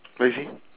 what you say